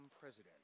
president